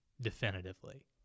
definitively